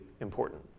important